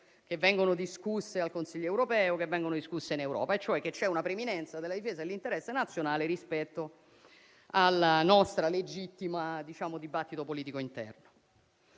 che vengono discusse al Consiglio europeo e che vengono discusse in Europa, cioè che c'è una preminenza della difesa dell'interesse nazionale rispetto al nostro legittimo dibattito politico interno.